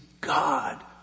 God